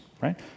right